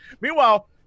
Meanwhile